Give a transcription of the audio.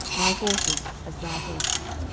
my horses as thy horses.